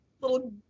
little